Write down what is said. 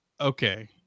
Okay